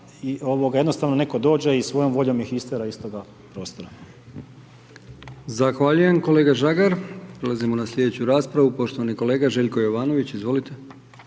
jednostavno netko dođe i svojom voljom ih istjera iz toga prostora.